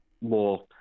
more